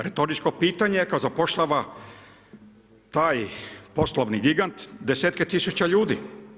Retoričko pitanje, kad zapošljava taj poslovni giganta desetke tisuća ljudi.